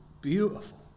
beautiful